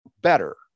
better